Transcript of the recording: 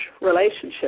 relationship